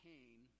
Cain